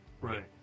Right